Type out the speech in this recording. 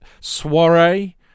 soiree